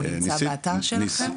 הוא נמצא באתר שלכם?